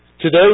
Today